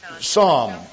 psalm